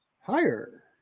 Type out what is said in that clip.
Higher